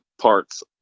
parts